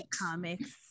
Comics